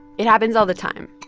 it happens all the time.